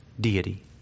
deity